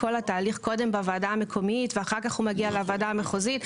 כל התהליך קודם בוועדה המקומית ואחר כך הוא מגיע לוועדה המחוזית,